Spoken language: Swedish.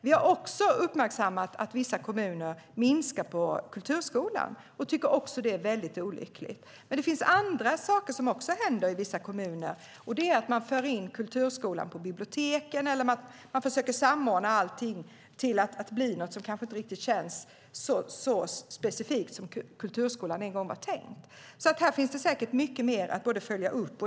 Vi har också uppmärksammat att vissa kommuner minskar på kulturskolan och tycker att det är väldigt olyckligt. Men det finns andra saker som händer i vissa kommuner, och det är att man för in kulturskolan på biblioteken eller att man försöker samordna allting till att bli något som kanske inte riktigt känns så specifikt som kulturskolan en gång var tänkt. Här finns det säkert mycket mer att följa upp.